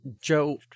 joe